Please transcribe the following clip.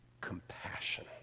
Compassion